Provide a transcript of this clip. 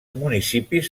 municipis